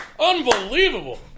Unbelievable